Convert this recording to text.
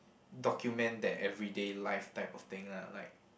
document that everyday life type of thing lah like